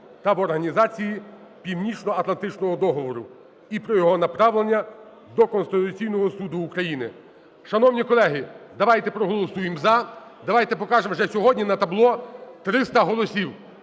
та в Організації Північноатлантичного договору) і про його направлення до Конституційного Суду України. Шановні колеги, давайте проголосуємо "за", давайте покажемо вже сьогодні на табло 300 голосів.